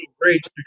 great